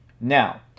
Now